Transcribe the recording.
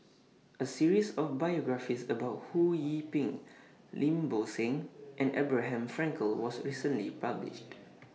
A series of biographies about Ho Yee Ping Lim Bo Seng and Abraham Frankel was recently published